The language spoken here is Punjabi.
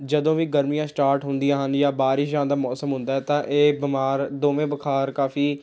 ਜਦੋਂ ਵੀ ਗਰਮੀਆਂ ਸਟਾਰਟ ਹੁੰਦੀਆਂ ਹਨ ਜਾਂ ਬਾਰਿਸ਼ਾਂ ਦਾ ਮੌਸਮ ਹੁੰਦਾ ਤਾਂ ਇਹ ਬਿਮਾਰ ਦੋਵੇਂ ਬੁਖਾਰ ਕਾਫੀ